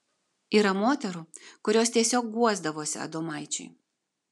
yra moterų kurios tiesiog guosdavosi adomaičiui